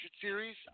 series